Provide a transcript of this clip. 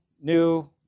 new